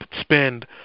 spend